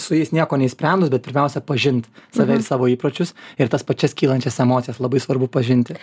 su jais nieko neišsprendus bet pirmiausia pažint save ir savo įpročius ir tas pačias kylančias emocijas labai svarbu pažinti